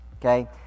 okay